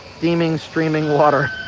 steaming. streaming water